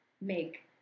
make